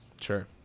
sure